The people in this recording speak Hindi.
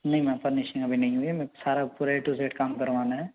नहीं मैम फर्नीशिंग अभी नहीं हुई है मैं सारा पूरा ए टू ज़ेड काम करवाना है